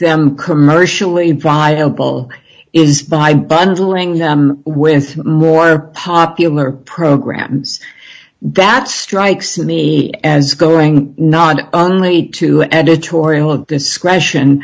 them commercially viable is by bundling them with more popular programs that strikes me as going not only to editorial discretion